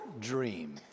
dream